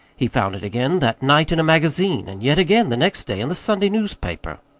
he found it again that night in a magazine, and yet again the next day in the sunday newspaper.